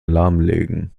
lahmlegen